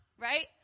right